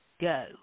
go